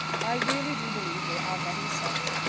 i really do believe they are very sorry.